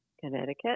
Connecticut